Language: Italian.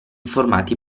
formati